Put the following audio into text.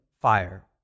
fire